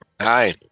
Hi